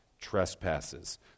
trespasses